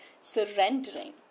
surrendering